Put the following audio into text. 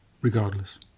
regardless